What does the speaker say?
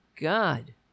God